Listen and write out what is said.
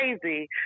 crazy